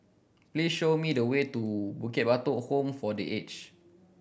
please show me the way to Bukit Batok Home for The Aged